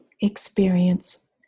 experience